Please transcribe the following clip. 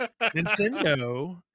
Nintendo